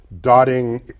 dotting